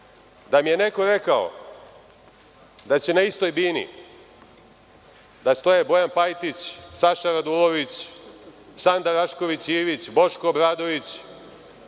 mi je neko rekao da će na istoj bini da stoje Bojan Pajtić, Saša Radulović, Sanda Rašković Ivić, Boško Obradović,